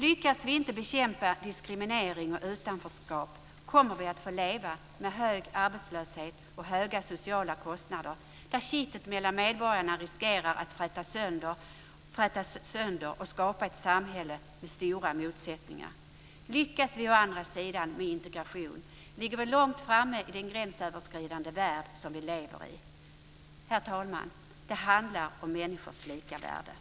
Lyckas vi inte bekämpa diskriminering och utanförskap kommer vi att få leva med hög arbetslöshet och höga sociala kostnader och med att kittet mellan medborgarna riskerar att frätas sönder och skapa ett samhälle med stora motsättningar. Lyckas vi å andra sidan med integrationen ligger vi långt framme i den gränsöverskridande värld som vi lever i. Herr talman! Det handlar om människors lika värde.